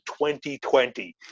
2020